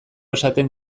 esaten